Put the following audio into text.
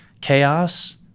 chaos